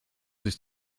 sich